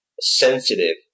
sensitive